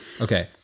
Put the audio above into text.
okay